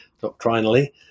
doctrinally